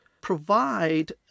provide